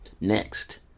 next